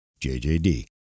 JJD